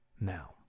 now